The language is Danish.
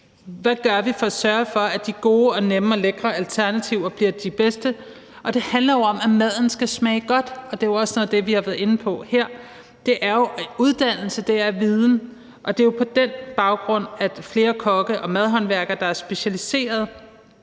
Hvad gør vi for at sørge for, at de gode, nemme og lækre alternativer bliver de bedste? Det handler jo om, at maden skal smage godt, og det er også noget af det, vi har været inde på her; det er jo uddannelse, det er viden, og det er jo på en baggrund af, at flere kokke og madhåndværkere er specialiseret